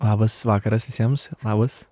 labas vakaras visiems labas